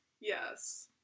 Yes